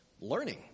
learning